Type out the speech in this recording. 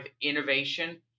innovation